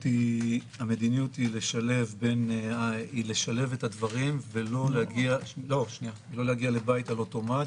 המדיניות היא לשלב את הדברים ולא להגיע לבית על אוטומט,